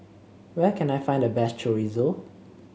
where can I find the best Chorizo